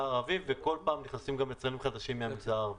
-- וכל פעם נכנסים גם יצרנים חדשים מהמגזר הערבי.